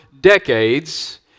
decades